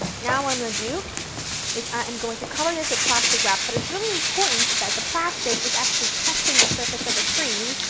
now what i'm going to do is i am going to cover this with plastic wrap, but it's really important that the plastic is actually touching the surface of the cream,